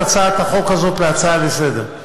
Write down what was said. את הצעת החוק הזאת להצעה לסדר-היום.